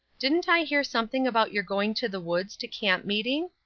didn't i hear something about your going to the woods to camp-meeting?